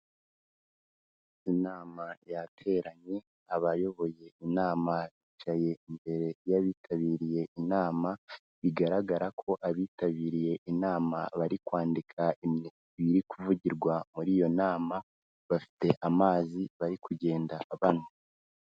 Inama yateranye abayoboye inama bicaye imbere y'abitabiriye inama, bigaragara ko abitabiriye inama bari kwandika ibiri kuvugirwa muri iyo nama, bafite amazi bari kugenda banywa.